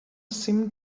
seemed